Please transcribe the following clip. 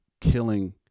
killing